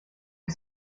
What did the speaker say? ich